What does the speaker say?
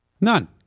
none